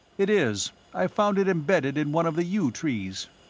it is. i found it embedded in one of the yew trees.